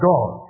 God